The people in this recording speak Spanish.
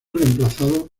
reemplazados